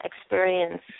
experience